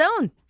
own